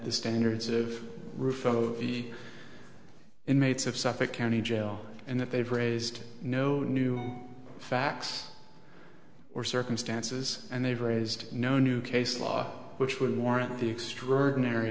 the standards of roof over the inmates of suffolk county jail and that they've raised no new facts or circumstances and they've raised no new case law which would warrant the extraordinary